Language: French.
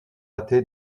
athée